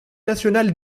nationale